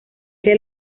que